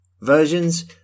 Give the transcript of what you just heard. Versions